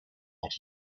art